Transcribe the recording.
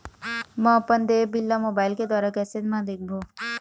म अपन देय बिल ला मोबाइल के द्वारा कैसे म देखबो?